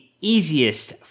easiest